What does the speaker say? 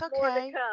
okay